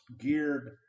geared